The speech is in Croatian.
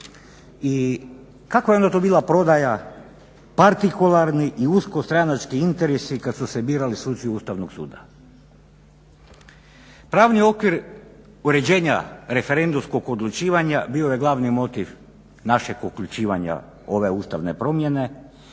I kakva je to onda bila prodaja partikularnih i uskostranački interesi kada su se birali suci Ustavnog suda. Pravni okvir uređenja referendumskog odlučivanja bio je glavni motiv našeg uključivanja u ove ustavne promjene